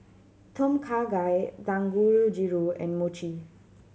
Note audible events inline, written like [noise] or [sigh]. Tom Kha Gai [unintelligible] and Mochi